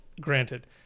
granted